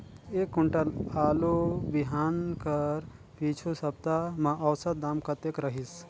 एक कुंटल आलू बिहान कर पिछू सप्ता म औसत दाम कतेक रहिस?